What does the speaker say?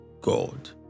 God